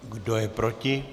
Kdo je proti?